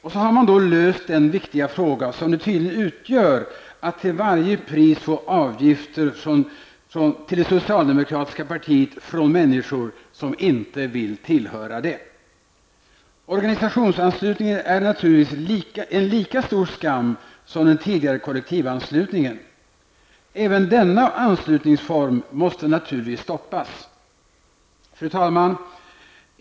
Och så har man då löst den viktiga fråga som det tydligen utgör att till varje pris få avgifter till det socialdemokratiska partiet från människor som inte vill tillhöra det. Organisationsanslutningen är naturligtvis en lika stor skam som den tidigare kollektivanslutningen. Även denna anslutningsform måste naturligtvis stoppas. Fru talman!